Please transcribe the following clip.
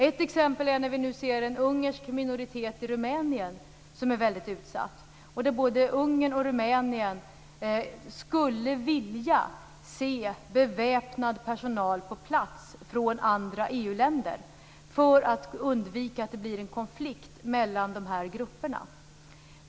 Ett exempel är när vi nu ser en ungersk minoritet i Rumänien som är väldigt utsatt. Både Ungern och Rumänien skulle vilja se beväpnad personal på plats från EU-länderna för att undvika att det blir konflikt mellan dessa grupper.